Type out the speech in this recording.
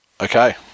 okay